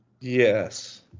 Yes